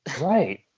Right